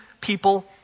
people